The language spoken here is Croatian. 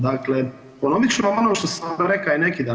Dakle, ponovit ću vam ono što sam rekao i neki dan.